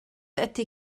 ydy